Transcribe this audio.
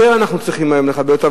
שאנחנו צריכים היום לכבד אותם הרבה יותר,